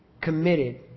committed